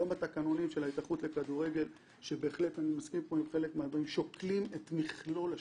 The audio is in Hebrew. היום התקנונים של ההתאחדות לכדורגל שוקלים את מכלול השיקולים,